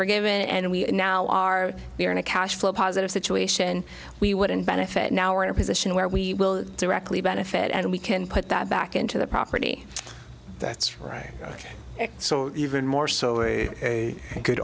forgiven and we now are in a cash flow positive situation we wouldn't benefit now we're in a position where we will directly benefit and we can put that back into the property that's right so even more so a good